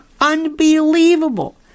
unbelievable